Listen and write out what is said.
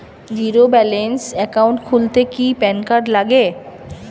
Zero balance account খুলতে কি PAN card লাগে?